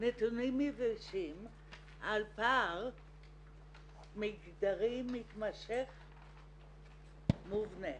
נתונים יבשים על פער מגדרי מתמשך מובנה.